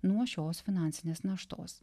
nuo šios finansinės naštos